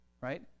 right